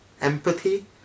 empathy